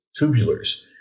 tubulars